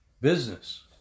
Business